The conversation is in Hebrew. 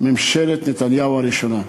ממשלת נתניהו הראשונה.